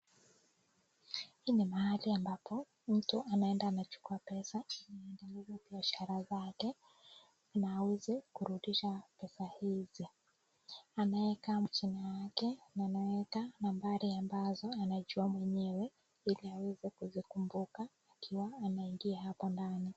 Hii ni mahali ambapo anaenda anachukua pesa ili afanyie biashara zake na aweze kurudisha pesa hizi, anayekaa jina yake ameweka nambari ambazo anajua mwenyewe ili aweze kuzikumbuka akiwa ameingia hapo ndani.